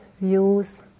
views